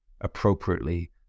appropriately